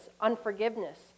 unforgiveness